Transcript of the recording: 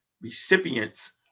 recipients